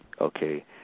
okay